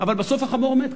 אבל בסוף החמור מת,